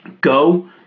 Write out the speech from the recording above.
Go